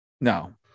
no